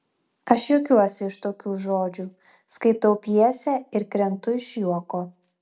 aš juokiuosi iš tokių žodžių skaitau pjesę ir krentu iš juoko